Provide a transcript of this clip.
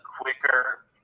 quicker